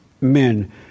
men